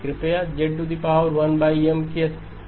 कृपया Z1Mके प्रतिस्थापन पर ध्यान दें